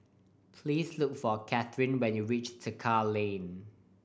please look for Katharine when you reach Tekka Lane